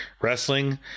wrestling